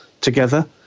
together